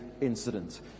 incident